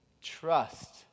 Trust